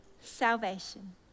salvation